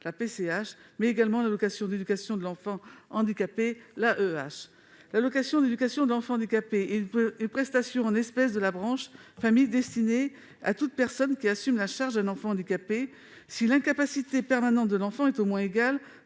(PCH), mais également l'allocation d'éducation de l'enfant handicapé (AEEH). L'allocation d'éducation de l'enfant handicapé est une prestation en espèces de la branche famille destinée à « toute personne qui assume la charge d'un enfant handicapé [...], si l'incapacité permanente de l'enfant est au moins égale